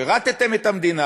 שירתם את המדינה,